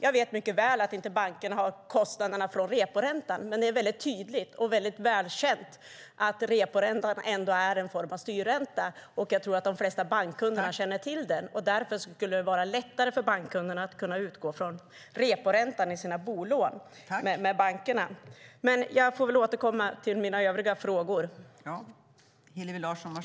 Jag vet mycket väl att bankerna inte har kostnaderna från reporäntan, men det är tydligt och välkänt att reporäntan ändå är en form av styrränta. Jag tror att de flesta bankkunderna känner till den. Därför skulle det vara lättare för bankkunderna att utgå från reporäntan i sina bolån med bankerna. Jag får återkomma till mina övriga frågor.